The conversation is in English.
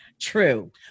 True